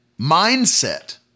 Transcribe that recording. mindset